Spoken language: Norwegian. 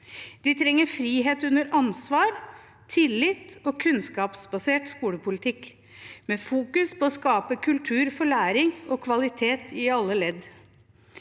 De trenger frihet under ansvar, tillit og kunnskapsbasert skolepolitikk som fokuserer på å skape kultur for læring og kvalitet i alle ledd.